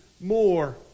more